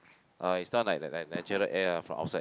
uh it's not like like like natural air ah from outside